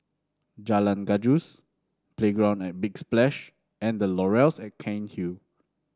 Jalan Gajus Playground at Big Splash and The Laurels at Cairnhill